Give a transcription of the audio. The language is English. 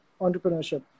entrepreneurship